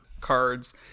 cards